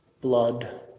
blood